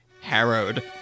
harrowed